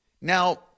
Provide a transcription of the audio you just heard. Now